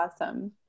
awesome